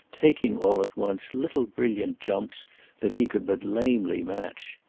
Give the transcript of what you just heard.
taking all at once little brilliant jumps that he could but lamely match.